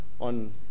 on